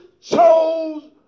chose